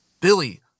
Billy